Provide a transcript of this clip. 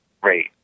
Great